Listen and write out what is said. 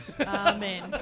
Amen